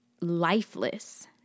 lifeless